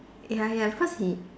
ya ya because he